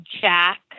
Jack